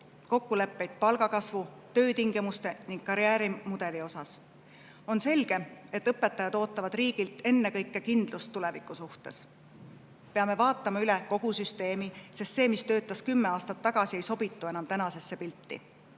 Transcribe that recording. kokkuleppeid palgakasvu, töötingimuste ning karjäärimudeli kohta. On selge, et õpetajad ootavad riigilt ennekõike kindlust tuleviku suhtes. Peame vaatama üle kogu süsteemi, sest see, mis töötas kümme aastat tagasi, ei sobitu enam tänasesse